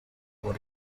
what